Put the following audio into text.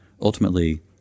ultimately